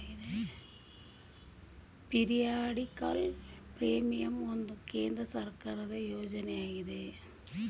periodical premium ಒಂದು ಕೇಂದ್ರ ಸರ್ಕಾರದ ಯೋಜನೆ ಆಗಿದೆ